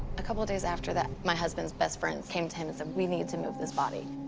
a couple days after that, my husband's best friend came to him and said, we need to move this body.